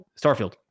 Starfield